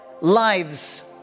lives